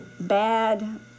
bad